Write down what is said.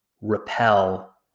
repel